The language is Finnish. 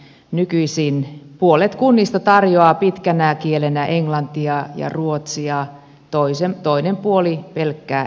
nykyisin puolet kunnista tarjoaa pitkänä kielenä englantia ja ruotsia toinen puoli pelkkää englantia